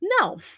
no